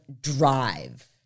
drive